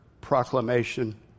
proclamation